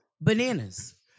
bananas